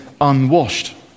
unwashed